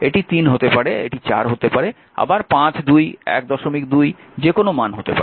এটি 3 হতে পারে এটি 4 হতে পারে আবার 5 2 12 যে কোনও মান হতে পারে